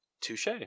Touche